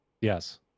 Yes